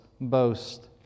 boast